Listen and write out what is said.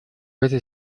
этой